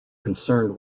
concerned